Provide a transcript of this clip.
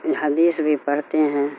حدیث بھی پڑھتے ہیں